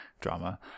drama